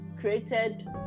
created